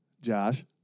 Josh